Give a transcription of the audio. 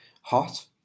Hot